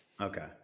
Okay